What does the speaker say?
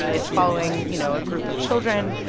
ah it's following, you know, a group of children.